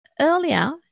Earlier